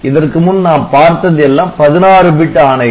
இதற்கு முன் நாம் பார்த்தது எல்லாம் 16 பிட் ஆணைகள்